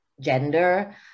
gender